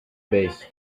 base